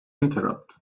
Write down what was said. interrupt